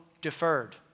deferred